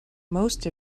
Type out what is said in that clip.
most